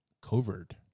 covert